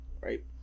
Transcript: right